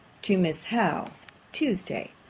to miss howe tuesday,